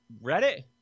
Reddit